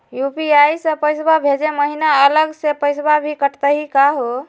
UPI स पैसवा भेजै महिना अलग स पैसवा भी कटतही का हो?